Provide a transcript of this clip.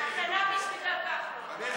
ההצעה להעביר את הנושא לוועדת החוץ והביטחון נתקבלה.